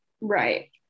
right